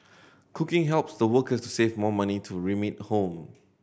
cooking helps the workers save more money to remit home